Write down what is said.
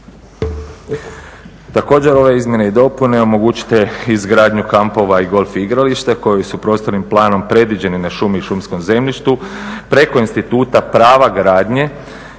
Također ove izmjene omogućit će izgradnju kampova i golf igrališta koji su prostornim planom predviđeni na šume i šumskom zemljištu preko instituta prava gradnje